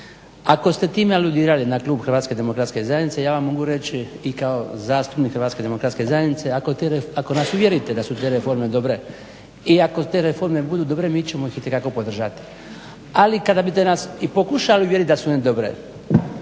Ako ste time aludirali na klub HDZ-a ja vam mogu reći i kao zastupnik HDZ-a ako nas uvjerite da su te reforme dobre i ako te reforme budu dobre mi ćemo ih itekako podržati. Ali, kada biste nas i pokušali uvjeriti da su one dobre